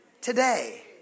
today